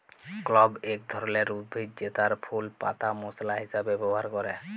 clove এক ধরলের উদ্ভিদ জেতার ফুল পাতা মশলা হিসাবে ব্যবহার ক্যরে